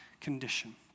condition